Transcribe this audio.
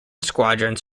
squadrons